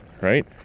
right